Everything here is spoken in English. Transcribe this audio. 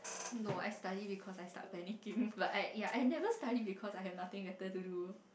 no I study because I start panicking like I ya I never study because I have nothing better to do